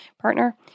partner